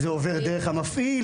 זה עובר דרך המפעיל?